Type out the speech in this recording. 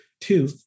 Two